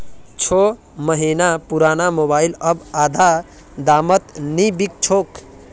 छो महीना पुराना मोबाइल अब आधा दामत नी बिक छोक